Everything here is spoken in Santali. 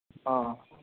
ᱦᱮᱸ